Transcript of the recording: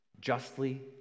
justly